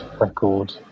record